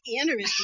interesting